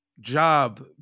job